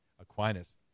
Aquinas